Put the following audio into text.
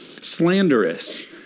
slanderous